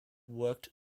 worked